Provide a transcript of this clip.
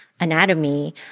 anatomy